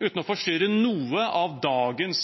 uten å forstyrre noe av dagens